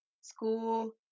school